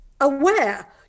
aware